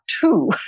two